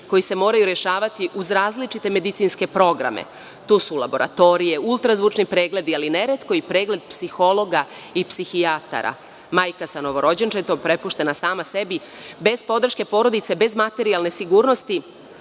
koji se moraju rešavati uz različite medicinske programe. To su laboratorije, ultrazvučni pregledi, ali ne retko i pregled psihologa i psihijatara. Majka sa novorođenčetom prepuštena sama sebi bez podrške porodice, bez materijalne sigurnosti,